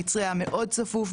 המצרי היה מאוד צפוף,